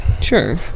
Sure